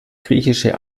griechische